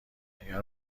اگر